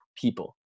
people